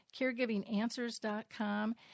CaregivingAnswers.com